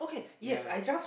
ya